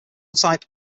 type